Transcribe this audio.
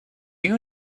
you